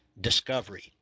Discovery